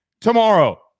tomorrow